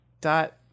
dot